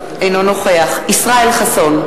אינו נוכח ישראל חסון,